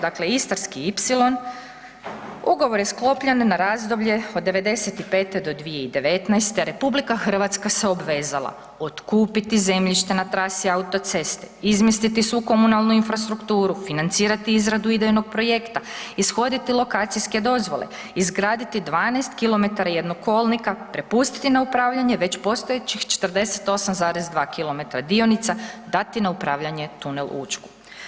Dakle, Istarski ipsilon, ugovor je sklopljen na razdoblje od '95. do 2019., RH se obvezala otkupiti zemljišta na trasi autoceste, izmjestiti svu komunalnu infrastrukturu, financirati izradu idejnog projekta, ishoditi lokacijske dozvole, izgraditi 12 km jednog kolnika, prepustiti na upravljanje već postojećih 48,2 km dionica, dati na upravljanje tunel Učku.